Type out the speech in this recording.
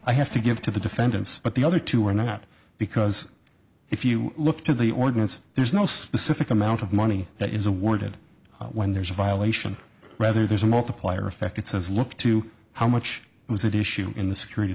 i have to give to the defendants but the other two are not because if you look to the ordinance there's no specific amount of money that is awarded when there's a violation rather there's a multiplier effect it says look to how much was that issue in the security